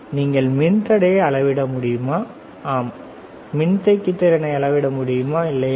நீங்கள் மின்தடையை அளவிட முடியுமா ஆம் மின்தேக்கி திறனை அளவிட முடியுமா இல்லையா